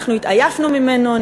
אנחנו התעייפנו ממנו,